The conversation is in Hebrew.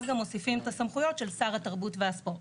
אז גם מוסיפים את הסמכויות של שר התרבות והספורט.